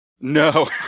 No